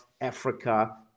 Africa